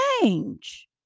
change